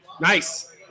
Nice